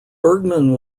bergman